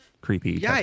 creepy